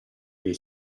dei